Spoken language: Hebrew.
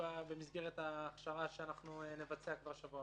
מה עוד אתם רוצים להוסיף?